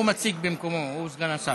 הוא מציג במקומו, סגן השר.